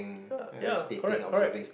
ya ya correct correct